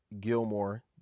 Gilmore